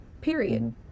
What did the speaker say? period